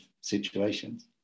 situations